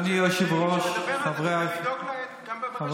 אפשר לדבר על זה וצריך לדאוג להן גם ברשימה לכנסת.